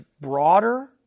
broader